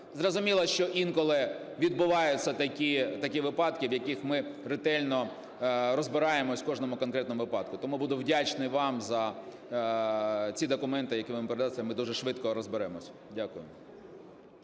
Зрозуміло, що інколи відбуваються такі випадки, в яких ми ретельно розбираємося, в кожному конкретному випадку. Тому буду вдячний вам за ці документи, які ви принесли, ми дуже швидко розберемося. Дякую.